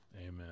Amen